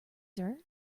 sir